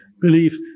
belief